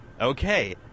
Okay